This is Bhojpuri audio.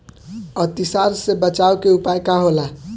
अतिसार से बचाव के उपाय का होला?